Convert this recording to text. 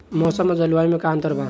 मौसम और जलवायु में का अंतर बा?